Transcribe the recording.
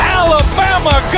alabama